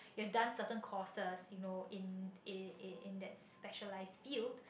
you're done certain courses you know in in in that specialize field